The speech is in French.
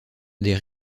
des